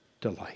delight